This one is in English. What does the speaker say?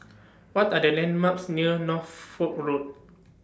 What Are The landmarks near Norfolk Road